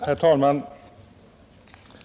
Herr talman!